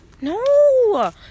No